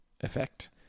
effect